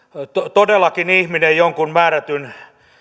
todellakin ihminen jonkun määrätyn